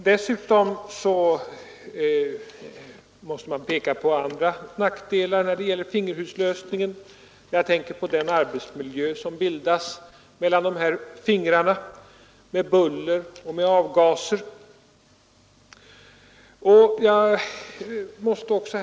Dessutom måste man peka på andra nackdelar när det gäller fingerhuslösningen; jag tänker på den arbetsmiljö som bildas mellan de här ”fingrarna” med buller och avgaser.